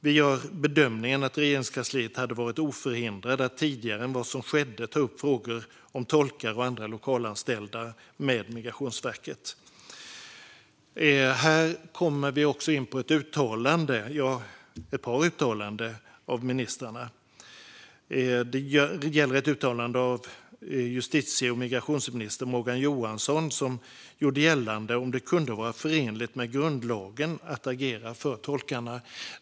Vi gör bedömningen att Regeringskansliet hade varit oförhindrat att tidigare än vad som skedde ta upp frågor om tolkar och andra lokalanställda med Migrationsverket. Här kommer vi in på ett par uttalanden av ministrar. Ett uttalande gjordes av justitie och migrationsminister Morgan Johansson, som gällde om det kunde vara förenligt med grundlagen att agera för tolkarna.